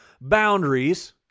boundaries